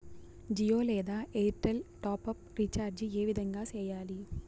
జియో లేదా Airtel top up recharge ఏ విధంగా సేయాలి